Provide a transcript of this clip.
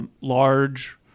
large